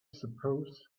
suppose